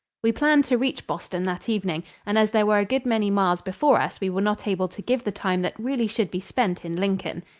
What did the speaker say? we planned to reach boston that evening, and as there were a good many miles before us we were not able to give the time that really should be spent in lincoln.